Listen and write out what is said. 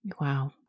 wow